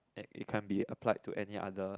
and it can be applied to any other